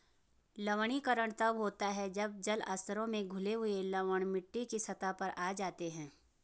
लवणीकरण तब होता है जब जल स्तरों में घुले हुए लवण मिट्टी की सतह पर आ जाते है